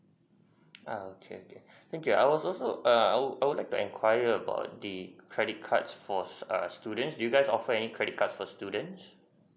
oo okay okay thank you I was also err I I would like to enquiry about the credit cards for stu~ err students do you guys offer any credit cards for students